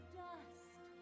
dust